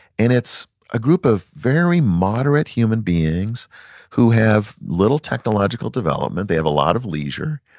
and it's a group of very moderate human beings who have little technological development, they have a lot of leisure.